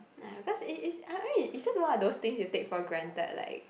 ya because is is I mean it's just one of those things you take for granted like